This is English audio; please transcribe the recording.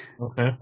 Okay